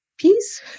peace